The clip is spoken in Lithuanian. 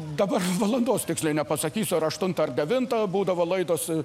dabar valandos tiksliai nepasakysiu ar aštuntą devintą būdavo laidos